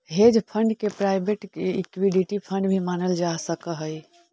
hedge fund के private equity fund भी मानल जा सकऽ हई